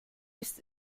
ist